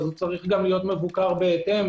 הוא צריך להיות גם מבוקר בהתאם.